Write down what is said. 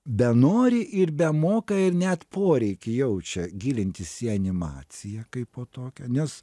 benori ir bemoka ir net poreikį jaučia gilintis į animaciją kaip po tokią nes